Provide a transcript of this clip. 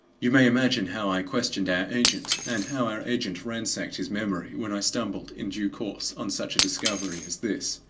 you may imagine how i questioned our agent, and how our agent ransacked his memory, when i stumbled, in due course, on such a discovery as this.